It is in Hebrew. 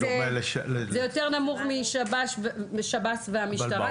זה יותר נמוך משב"ס והמשטרה,